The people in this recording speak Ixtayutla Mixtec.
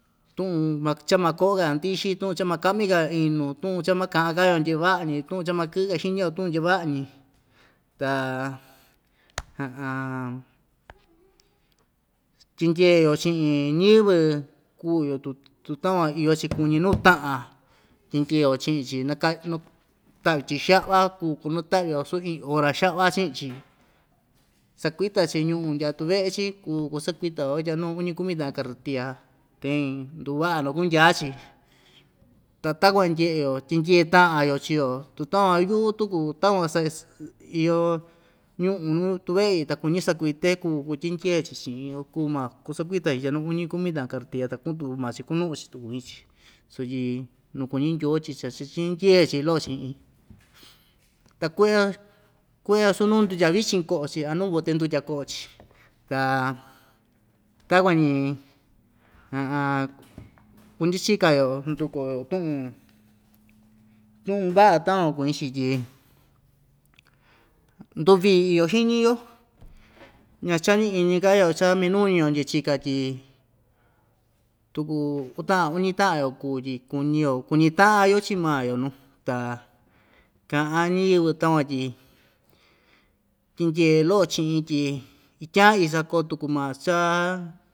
Tuꞌun ma cha ma koꞌoka‑yo ndixi tuꞌun cha makaꞌmika‑yo inu tuꞌun cha makaꞌanka‑yo ndyevaꞌa‑ñi tuꞌun cha ma kɨꞌɨ‑ka xiñi‑yo tuꞌun ndyavaꞌa‑ñi ta tyindyeo chiꞌin ñiyɨvɨ kuu‑yo tuu tu takuan iyo‑chi kuñi nuu taꞌan tyindyeo chiꞌin‑chi taꞌvi‑chi xaꞌva kuu kunataꞌvi‑yo suu ii hora xaꞌva chiꞌin‑chi sakuita‑chi ñuꞌu ndya tuveꞌe‑chi kuu kusakuita‑yo itya nuu uñi kumi taꞌan carretilla tein nduvaꞌa nukundyaa‑chi ta takuan ndyeꞌe‑yo tyindye taꞌan‑yo chio tu takuan yuꞌu tuku takuan saꞌi sss iyo ñuꞌu tuveꞌi ta kuñi sakuite kuu kutyindyee‑chi chiꞌin o kuu maa kusakuita‑chi tya nuu uñi kumi taꞌan cartilla ta kunuꞌu‑chi tu kuñi‑chi sutyi nuu kuñi ndyoo tyi cha cha tyindyee‑chi iin loꞌo chiꞌin ta kueꞌa kueꞌe vasu nuu ndutya vichin koꞌo‑chi anuu bote ndutya koꞌo‑chi ta takuan ñi kundyachika‑yo nduku‑yo tuꞌun tuꞌun vaꞌa takuan kuñi‑chi tyi nduvii iyo xiñi‑yo ña chañi iñika‑yo cha minuñi‑yo ndyachika tyi tuku uu taꞌan uñi taꞌan‑yo kuu tyi kuñi‑yo kuñi taꞌa‑yo chii maa‑yo nuu ta kaꞌan ñiyɨvɨ takuan tyi tyindyee loꞌo chiꞌin tyi ityan isa koo tuku maa chaa.